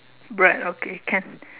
bread okay can